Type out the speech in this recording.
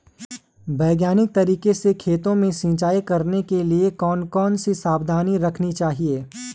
वैज्ञानिक तरीके से खेतों में सिंचाई करने के लिए कौन कौन सी सावधानी रखनी चाहिए?